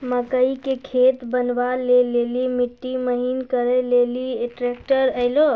मकई के खेत बनवा ले ली मिट्टी महीन करे ले ली ट्रैक्टर ऐलो?